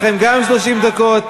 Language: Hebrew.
גם לכם יש 30 דקות.